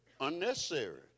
unnecessary